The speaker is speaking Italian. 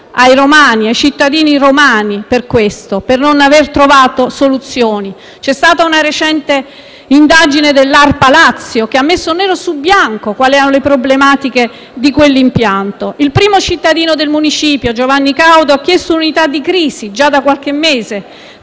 scusa ai cittadini romani per questo, per non aver trovato soluzioni. C'è stata una recente indagine dell'ARPA Lazio che ha messo nero su bianco quali erano le problematiche di quell'impianto. Il primo cittadino del municipio Giovanni Caudo ho chiesto l'unità di crisi, già da qualche mese,